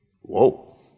Whoa